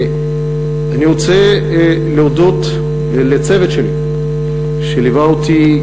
אני רוצה להודות לצוות שלי שליווה אותי,